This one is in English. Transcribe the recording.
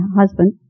husband